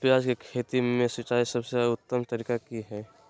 प्याज के खेती में सिंचाई के सबसे उत्तम तरीका की है?